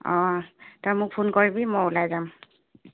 অঁ তই মোক ফোন কৰিবি মই ওলাই যাম